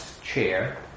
chair